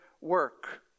work